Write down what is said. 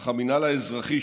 אך המינהל האזרחי,